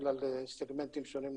אלא לסגמנטים שונים לגמרי.